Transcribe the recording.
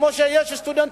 כמו שיש סטודנטים,